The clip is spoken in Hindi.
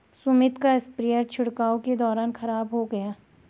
सुमित का स्प्रेयर छिड़काव के दौरान खराब हो गया